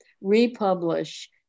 republish